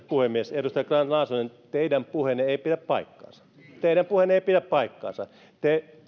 puhemies edustaja grahn laasonen teidän puheenne ei ei pidä paikkaansa teidän puheenne ei pidä paikkaansa te